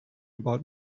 about